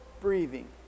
breathing